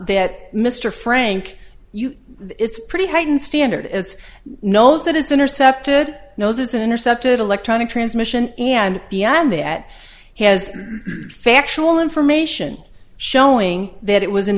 that mr frank you it's pretty heightened standard it's knows that it's intercepted knows it's an intercepted electronic transmission and beyond that he has factual information showing that it was an